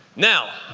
now,